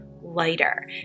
lighter